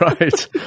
Right